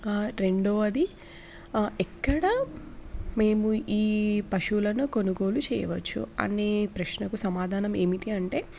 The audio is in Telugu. రెండవది ఎక్కడ మేము ఈ పశువులను కొనుగోలు చేయవచ్చు అనే ప్రశ్నకు సమాధానం ఏమిటి అంటే